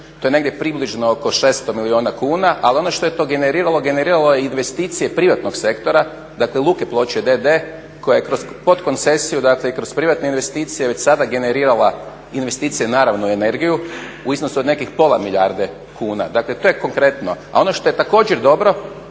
to je negdje približno oko 600 milijuna kuna. Ali ono što je to generiralo, generiralo je investicije privatnog sektora, dakle Luke Ploče d.d. koja je kroz podkoncesiju, dakle i kroz privatne investicije već sada generirala investicije naravno i u energiju u iznosu od nekih pola milijarde kuna. Dakle, to je konkretno. A ono što je također dobro